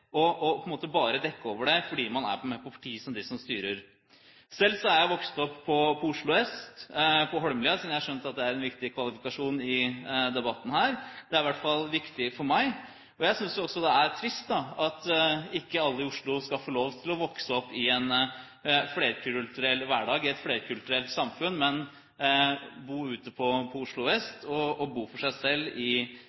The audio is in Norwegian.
bare å dekke over det fordi man er på parti med dem som styrer. Selv er jeg vokst opp på Oslo øst, på Holmlia, som jeg har skjønt er en viktig kvalifikasjon i debatten her, det er i hvert fall viktig for meg. Jeg synes også det er trist at ikke alle i Oslo skal få lov til å vokse opp i en flerkulturell hverdag, i et flerkulturelt samfunn, men bo ute på Oslo